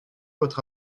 votre